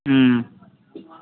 ওম